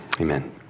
Amen